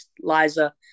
Liza